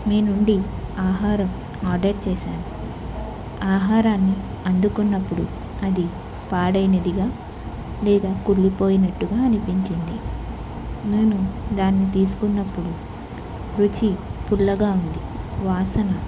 మీనుండి ఆహారం ఆర్డర్ చేశాను ఆహారాన్ని అందుకున్నప్పుడు అది పాడైనదిగా లేదా కుళ్ళిపోయినట్టుగా అనిపించింది నేను దాన్ని తీసుకున్నప్పుడు రుచి పుల్లగా ఉంది వాసన